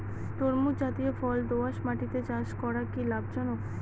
তরমুজ জাতিয় ফল দোঁয়াশ মাটিতে চাষ করা কি লাভজনক?